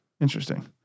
Interesting